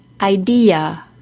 Idea